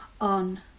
on